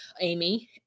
Amy